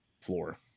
floor